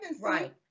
Right